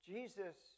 Jesus